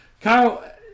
Kyle